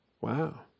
Wow